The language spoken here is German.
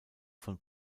von